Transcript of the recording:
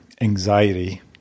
anxiety